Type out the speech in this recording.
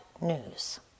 news